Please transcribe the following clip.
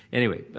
anyway,